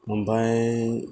ओमफ्राय